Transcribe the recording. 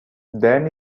then